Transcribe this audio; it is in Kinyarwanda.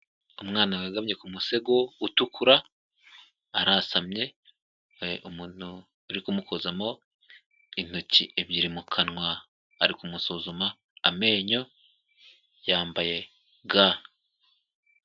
umwana wegamye ku musego utukura, arasamye umuntu uri kumukozamo intoki ebyiri mu kanwa, ari kumusuzuma amenyo yambaye ga.